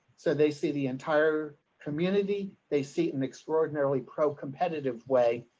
so they see the entire community. they see an extraordinarily pro competitive way.